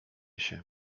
się